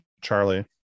charlie